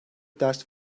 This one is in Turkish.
ders